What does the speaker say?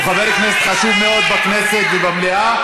הוא חבר כנסת חשוב מאוד בכנסת ובמליאה,